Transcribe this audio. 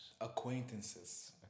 Acquaintances